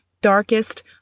darkest